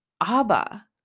Abba